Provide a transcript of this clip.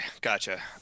gotcha